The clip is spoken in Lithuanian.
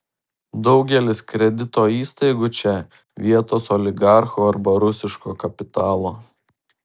daugelis kredito įstaigų čia vietos oligarchų arba rusiško kapitalo